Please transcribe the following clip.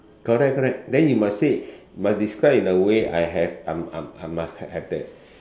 correct correct then you must say you must describe in a way I have I I I must have that